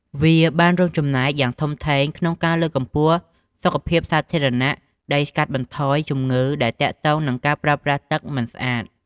វាបានរួមចំណែកយ៉ាងធំធេងក្នុងការលើកកម្ពស់សុខភាពសាធារណៈ ដោយកាត់បន្ថយជំងឺដែលទាក់ទងនឹងការប្រើប្រាស់ទឹកមិនស្អាត។